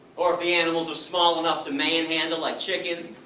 or if the animals are small enough to man handle like chickens,